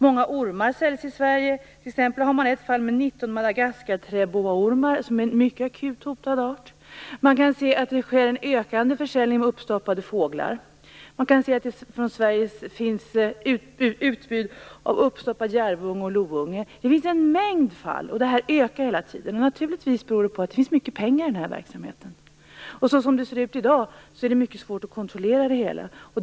Många ormar säljs i Sverige. Det finns t.ex. ett fall med 19 Madagaskarträboaormar, vilket är en mycket akut hotad art. Man kan se att försäljningen av uppstoppade fåglar ökar och att det från Sverige finns utbud av uppstoppad järvunge och lounge. Det finns en mängd fall, och detta ökar hela tiden. Naturligtvis beror det på att det finns mycket pengar i den här verksamheten. Som det ser ut i dag är det mycket svårt att kontrollera det hela.